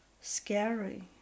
scary